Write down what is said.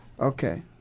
Okay